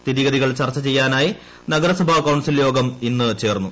സ്ഥിതിഗതികൾ ചർച്ച ചെയ്യാനായി നഗരസഭ കൌൺസിൽ യോഗം ചേർന്നു